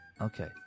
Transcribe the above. Okay